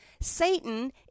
Satan